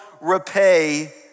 repay